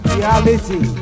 Reality